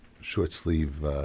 short-sleeve